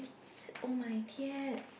this oh my 天